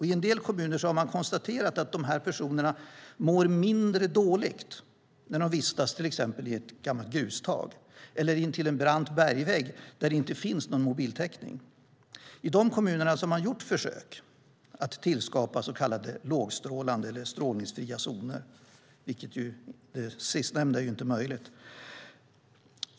I en del kommuner har man konstaterat att de här personerna mår mindre dåligt när de vistas till exempel i ett gammalt grustag eller intill en brant bergvägg där det inte finns någon mobiltäckning. I de kommunerna har man gjort försök att skapa så kallade lågstrålande områden eller strålningsfria zoner, även om det sistnämnda inte är möjligt.